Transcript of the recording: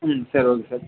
ம் சரி okay sir